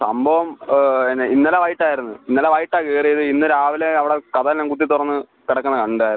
സംഭവം പിന്നെ ഇന്നലെ വൈകിട്ട് ആയിരുന്നു ഇന്നലെ വൈകിട്ടാണ് കയറിയത് ഇന്ന് രാവിലെ അവിടെ കതക് എല്ലാം കുത്തി തുറന്ന് കിടക്കുന്നത് കണ്ടിരുന്നു